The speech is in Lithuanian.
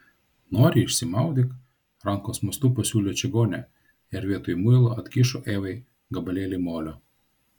nori išsimaudyk rankos mostu pasiūlė čigonė ir vietoj muilo atkišo evai gabalėlį molio